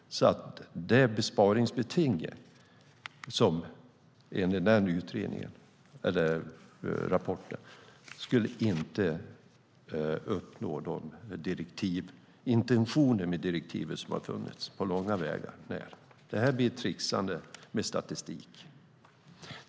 Besparingsbetinget i rapporten skulle inte på långa vägar uppnå de intentioner med direktivet som funnits. Det blir ett tricksande med statistik.